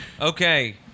Okay